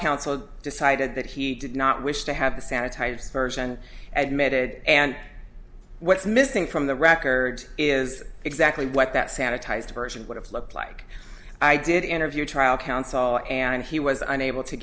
counsel decided that he did not wish to have the sanitized version admitted and what's missing from the records is exactly what that sanitized version would have looked like i did interview trial counsel and he was unable to